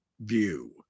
view